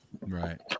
Right